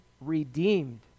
redeemed